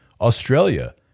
Australia